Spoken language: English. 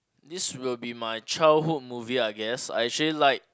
this will be my childhood movie I guess I actually like